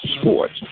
Sports